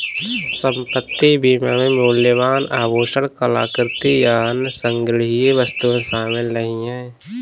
संपत्ति बीमा में मूल्यवान आभूषण, कलाकृति, या अन्य संग्रहणीय वस्तुएं शामिल नहीं हैं